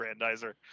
Grandizer